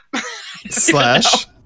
slash